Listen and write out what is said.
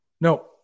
no